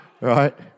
right